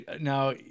Now